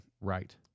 right